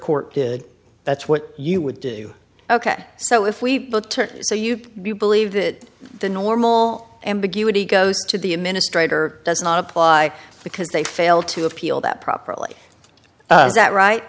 court did that's what you would do ok so if we so you believe that the normal ambiguity goes to the administrator does not apply because they failed to appeal that properly is that